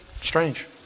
Strange